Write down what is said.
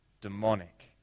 demonic